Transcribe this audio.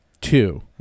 Two